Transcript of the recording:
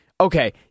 Okay